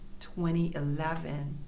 2011